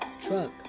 Truck